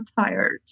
tired